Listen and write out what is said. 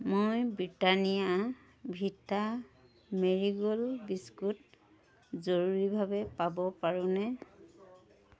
মই Britannia Vita Marie Gold biscuit জৰুৰীভাৱে পাব পাৰোঁনে